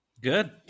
Good